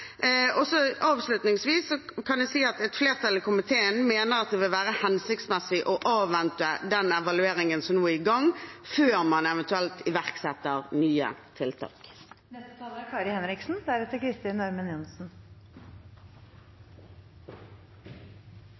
komiteen mener at det vil være hensiktsmessig å avvente den evalueringen som nå er i gang, før man eventuelt iverksetter nye tiltak. La meg først si at jeg har jobbet på krisesenter som frivillig i mange år. En kvinne som er